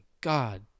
God